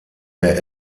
der